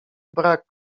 brak